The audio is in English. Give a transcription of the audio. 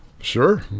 sure